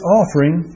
offering